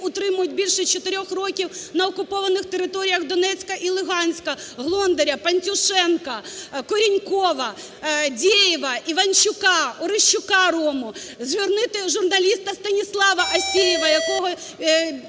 утримують більше чотирьох років на окупованих територіях Донецька і Луганська: Глондаря, Пантюшенка, Коренькова, Дєєва, Іванчука, Орищука Рому, - звільнити журналіста Станіслава Асєєва, якого